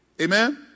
Amen